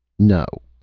no,